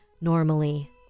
normally